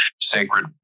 sacred